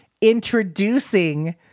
introducing